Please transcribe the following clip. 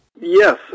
Yes